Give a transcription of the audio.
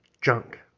junk